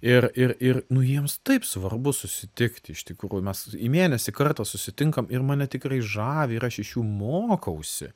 ir ir ir nu jiems taip svarbu susitikti iš tikrųjų mes į mėnesį kartą susitinkam ir mane tikrai žavi ir aš iš jų mokausi